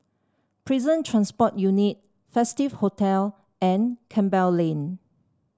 Prison Transport Unit Festive Hotel and Campbell Lane